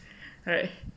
right